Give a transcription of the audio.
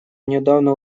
недавно